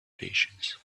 patience